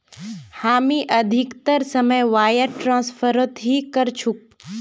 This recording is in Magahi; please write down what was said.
हामी अधिकतर समय वायर ट्रांसफरत ही करचकु